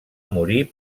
morir